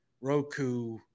Roku